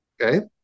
Okay